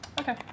Okay